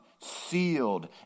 sealed